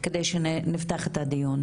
כדי שנפתח את הדיון.